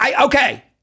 okay